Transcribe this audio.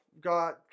got